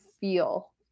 feel